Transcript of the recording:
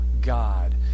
God